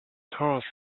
horse